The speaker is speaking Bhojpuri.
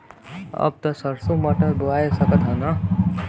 अब त सरसो मटर बोआय सकत ह न?